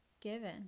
given